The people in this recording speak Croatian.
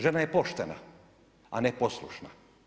Žena je poštena a ne poslušna.